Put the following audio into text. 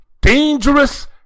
dangerous